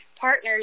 partners